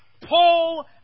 Paul